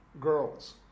girls